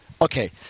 Okay